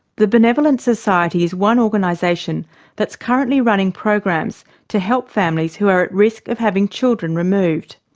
the benevolent society is one organisation that's currently running programs to help families who are at risk of having children removed.